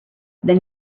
then